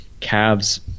Cavs